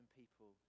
people